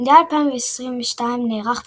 מונדיאל 2022 נערך בקטר.